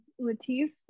Latif